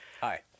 Hi